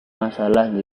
masalah